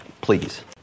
please